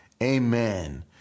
Amen